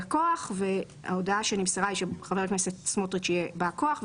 חבר הכנסת סמוטריץ' יהיה בא הכוח,